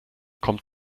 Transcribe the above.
kommt